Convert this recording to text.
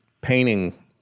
painting